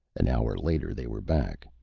an hour later, they were back.